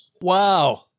wow